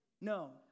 No